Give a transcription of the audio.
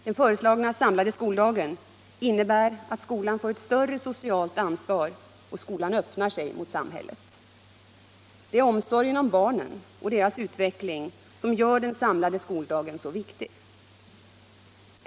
Den föreslagna samlade skoldagen innebär att skolan får ett större socialt ansvar och att skolan öppnar sig mot samhället. Det är omsorgen om barnen och deras utveckling som gör den samlade skoldagen så viktig.